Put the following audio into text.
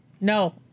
no